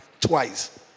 twice